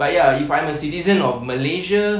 but ya if I'm a citizen of malaysia